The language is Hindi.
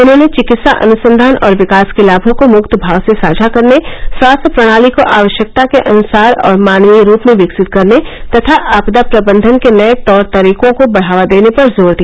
उन्होंने चिकित्सा अनुसंधान और विकास के लागों को मुक्तभाव से साझा करने स्वास्थ्य प्रणाली को आवश्यकता के अनुसार और मानवीय रूप में विकसित करने तथा आपदा प्रबंधन के नये तौर तरीकों को बढावा देने पर जोर दिया